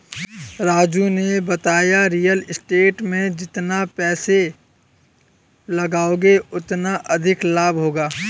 राजू ने बताया real estate में जितना पैसे लगाओगे उतना अधिक लाभ होगा